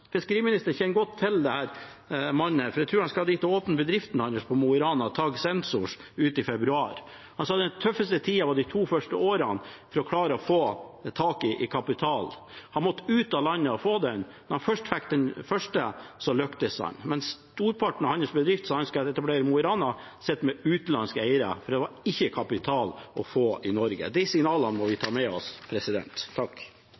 Fiskeriministeren kjenner godt til den mannen, for jeg tror han skal dit og åpne bedriften hans i Mo i Rana, TAG Sensors, uti februar. Han sa den tøffeste tiden var de to første årene – å klare å få tak i kapital. Han måtte ut av landet for å få den. Når han først fikk den, lyktes han. Men storparten av hans bedrift, som han skal etablere i Mo i Rana, sitter med utenlandske eiere, for det var ikke kapital å få i Norge. De signalene må vi